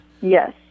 Yes